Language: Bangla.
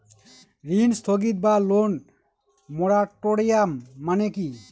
ঋণ স্থগিত বা লোন মোরাটোরিয়াম মানে কি?